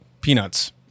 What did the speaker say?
Peanuts